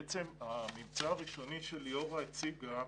בעצם הממצא הראשוני שליאורה הציגה,